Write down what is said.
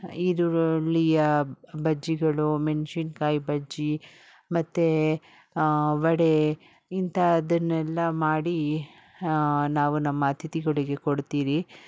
ಈರುಳ್ಳಿಯ ಬಜ್ಜಿಗಳು ಮೆಣ್ಸಿನ್ಕಾಯಿ ಬಜ್ಜಿ ಮತ್ತು ವಡೆ ಇಂತಹದನ್ನೆಲ್ಲ ಮಾಡಿ ನಾವು ನಮ್ಮ ಅತಿಥಿಗಳಿಗೆ ಕೊಡ್ತೀರಿ